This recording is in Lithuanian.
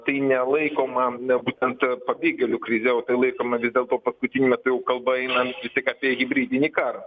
tai nelaikoma būtent pabėgėlių krize o tai laikoma vis dėlto paskutiniu metu jau kalba eina tik apie hibridinį karą